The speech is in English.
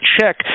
check